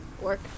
Work